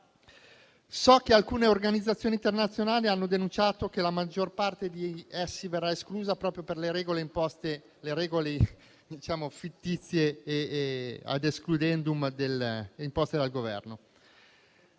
So che alcune organizzazioni internazionali hanno denunciato che la maggior parte di esse verrà esclusa proprio per le regole fittizie e *ad excludendum* imposte dal Governo.